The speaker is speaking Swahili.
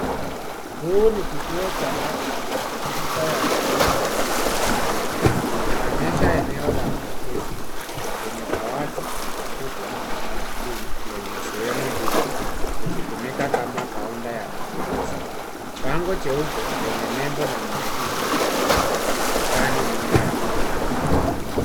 Huu ni kituo cha afya, tiba ya mgongo, na viungo. Inaonyesha eneo la mpokezi lenye dawati kubwa la blue , lenye sehemu mbili, likitumika kama counter ya mapokezi. Bango jeupe lenye nebo na maandishi, ukutani nyuma ya dawati.